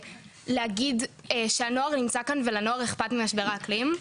ולהגיד שהנוער נמצא כאן ולנוער אכפת ממשבר האקלים.